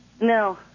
No